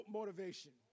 motivation